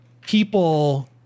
people